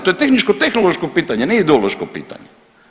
To je tehničko-tehnološko pitanje, ne ideološko pitanje.